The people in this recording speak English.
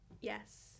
yes